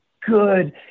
good